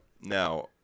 now